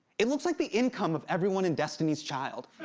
it looks like the income of everyone in destiny's child.